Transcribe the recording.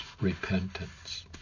repentance